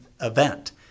event